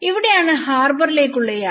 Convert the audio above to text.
ഇവിടെയാണ് ഹാർബറിലേക്കുള്ള യാത്ര